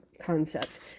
concept